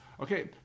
Okay